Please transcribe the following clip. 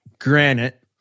granite